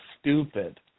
stupid